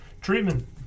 Treatment